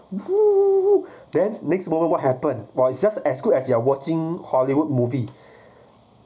!woo! then next moment what happen while it's just as good as you're watching hollywood movie